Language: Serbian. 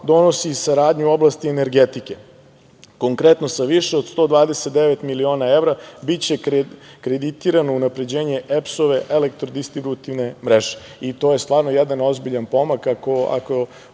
donosi i saradnju u oblasti energetike, konkretno sa više od 129 miliona evra biće kreditirano unapređenje EPS-ove elektrodistributivne mreže. To je stvarno jedan ozbiljan pomak ako